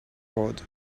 road